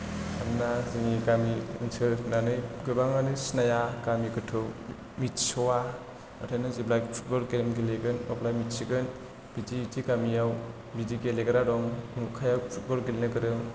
मानोना जोंनि गामि ओनसोल होन्नानै गोबाङानो सिनाया गामि गोथौ मिथिस'वा नाथाय नों जेब्ला फुटबल गेलेगोन अब्ला मिथिगोन बिदि बिदि गामियाव बिदि गेलेग्रा दं उमोखाया फुटबल गेलेनो गोरों